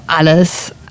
Alles